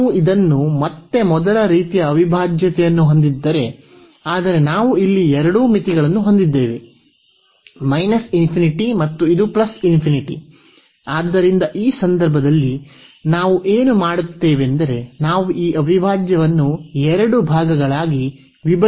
ನಾವು ಇದನ್ನು ಮತ್ತೆ ಮೊದಲ ರೀತಿಯ ಅವಿಭಾಜ್ಯತೆಯನ್ನು ಹೊಂದಿದ್ದರೆ ಆದರೆ ನಾವು ಇಲ್ಲಿ ಎರಡೂ ಮಿತಿಗಳನ್ನು ಹೊಂದಿದ್ದೇವೆ ∞ ಮತ್ತು ಇದು ∞ ಆದ್ದರಿಂದ ಈ ಸಂದರ್ಭದಲ್ಲಿ ನಾವು ಏನು ಮಾಡುತ್ತೇವೆಂದರೆ ನಾವು ಈ ಅವಿಭಾಜ್ಯವನ್ನು ಎರಡು ಭಾಗಗಳಾಗಿ ವಿಭಜಿಸುತ್ತೇವೆ